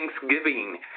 Thanksgiving